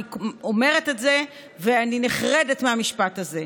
אני אומרת את זה ונחרדת מהמשפט הזה,